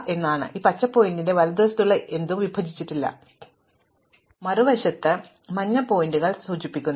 അതിനാൽ പച്ച പോയിന്ററിന്റെ വലതുവശത്തുള്ള എന്തും വിഭജിച്ചിട്ടില്ല മറുവശത്ത് മഞ്ഞ പോയിന്റർ സൂചിപ്പിക്കാൻ പോകുന്നു